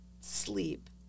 sleep